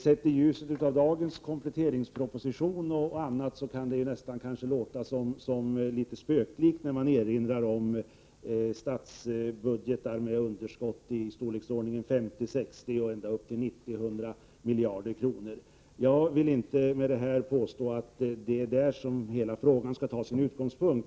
Sett i ljuset av dagens kompletteringsproposition kan det nästan verka spöklikt när man erinrar om statsbudgetar med underskott i storleksordningen 50, 60 nästan upp till 90 miljarder. Med detta vill jag inte påstå att det är där som hela frågan har sin utgångspunkt.